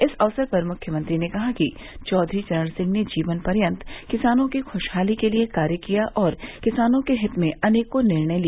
इस अवसर पर मुख्यमंत्री ने कहा कि चैधरी चरण सिंह ने जीवन पर्यन्त किसानों की खुशहाली के लिए कार्य किया और किसानों के हित में अनेकों निर्णय लिए